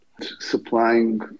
supplying